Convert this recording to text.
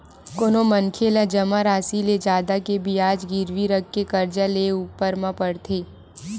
कोनो मनखे ला जमा रासि ले जादा के बियाज गिरवी रखके करजा लेय ऊपर म पड़थे